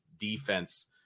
Defense